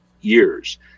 years